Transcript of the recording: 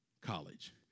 College